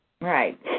Right